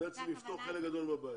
שיפתור חלק מהבעיות.